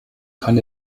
kann